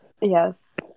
Yes